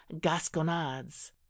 gasconades